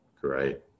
Great